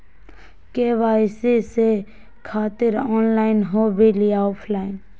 KYC से खातिर online हो बिल ऑफलाइन?